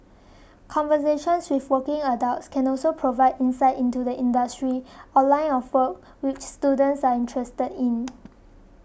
conversations with working adults can also provide insight into the industry or line of work which students are interested in